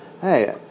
hey